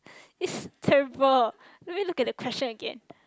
is terrible I mean look at the question again